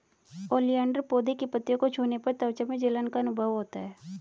oleander पौधे की पत्तियों को छूने पर त्वचा में जलन का अनुभव होता है